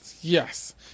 Yes